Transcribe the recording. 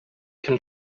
can